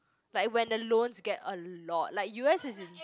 like when the loans get a lot like U_S is in